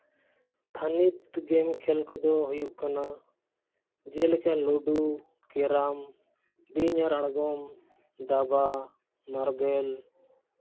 ᱛᱷᱟᱹᱱᱤᱛ ᱜᱮᱢ ᱠᱷᱮᱞ ᱠᱚᱫᱚ ᱦᱩᱭᱩᱜ ᱠᱟᱱᱟ ᱡᱮᱞᱮᱠᱟ ᱞᱩᱰᱩ ᱠᱮᱨᱟᱢ ᱵᱤᱧ ᱟᱨ ᱟᱬᱜᱚᱢ ᱫᱟᱵᱟ ᱢᱟᱨᱵᱮᱞ